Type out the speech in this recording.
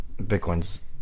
Bitcoin's